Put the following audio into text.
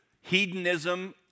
Hedonism